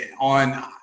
on